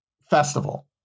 festival